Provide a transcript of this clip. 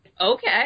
okay